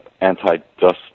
anti-dust